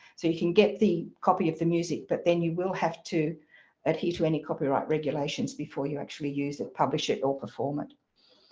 so you can get the copy of the music but then you will have to adhere to any copyright regulations before you actually use it, publish it or perform it.